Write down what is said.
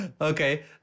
okay